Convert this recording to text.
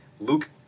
Luke